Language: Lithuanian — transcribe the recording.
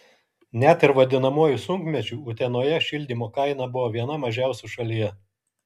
net ir vadinamuoju sunkmečiu utenoje šildymo kaina buvo viena mažiausių šalyje